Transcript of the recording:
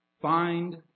find